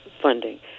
funding